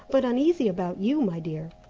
but uneasy about you, my dear.